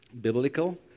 biblical